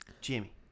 Jimmy